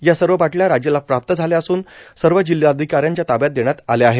या सर्व बाटल्या राज्याला प्राप्त झाल्या असून सर्व जिल्हाधिकाऱ्यांच्या ताब्यात देण्यात आल्या आहेत